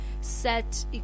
Set